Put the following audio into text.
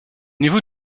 niveau